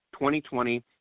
2020